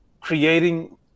creating